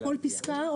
בכל פסקה?